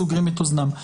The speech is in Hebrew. סוגרים את אוזניהם.